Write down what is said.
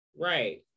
Right